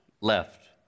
left